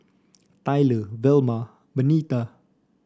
Tyler Velma Benita